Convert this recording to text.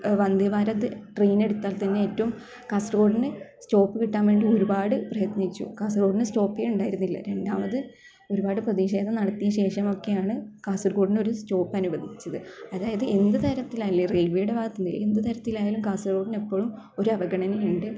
വന്ദേഭാരത് ട്രെയിനെടുത്താൽ തന്നെ ഏറ്റവും കാസർഗോടിന് സ്റ്റോപ്പ് കിട്ടാൻ വേണ്ടി ഒരുപാട് പ്രയത്നിച്ചു കാസർഗോടിന് സ്റ്റോപ്പേ ഉണ്ടായിരുന്നില്ല രണ്ടാമത് ഒരുപാട് പ്രതിഷേധം നടത്തിയതിന് ശേഷമൊക്കെയാണ് കാസർഗോടിന് ഒരു സ്റ്റോപ്പ് അനുവദിച്ചത് അതായത് എന്ത് തരത്തിലായാലും റെയിൽവേയുടെ ഭാഗത്ത് നിന്ന് എന്ത് തരത്തിലായാലും കാസർഗോടിനെപ്പോഴും ഒരു അവഗണന ഉണ്ട്